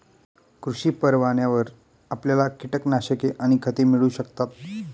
कृषी परवान्यावर आपल्याला कीटकनाशके आणि खते मिळू शकतात